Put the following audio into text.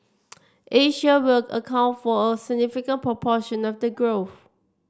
Asia will account for a significant proportion of the growth